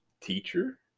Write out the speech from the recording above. teacher